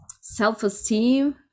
self-esteem